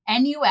NUX